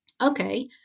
Okay